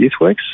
YouthWorks